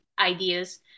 ideas